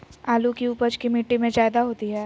आलु की उपज की मिट्टी में जायदा होती है?